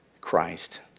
Christ